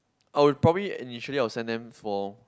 I would probably initially I will send them from